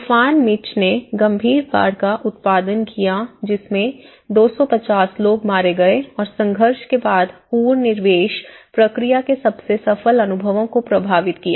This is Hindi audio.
तूफान मिच ने गंभीर बाढ़ का उत्पादन किया जिसमें 250 लोग मारे गए और संघर्ष के बाद पुनर्निवेश प्रक्रिया के सबसे सफल अनुभवों को प्रभावित किया